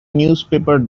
newspaper